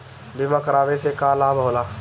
बीमा करावे से का लाभ होला?